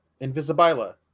invisibila